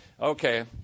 okay